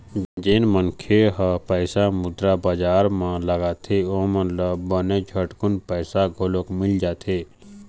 जेन मनखे मन ह पइसा मुद्रा बजार म लगाथे ओमन ल बने झटकून पइसा घलोक मिल जाथे